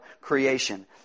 creation